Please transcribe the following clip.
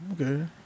Okay